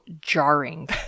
jarring